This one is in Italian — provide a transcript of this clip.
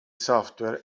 software